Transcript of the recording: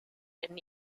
and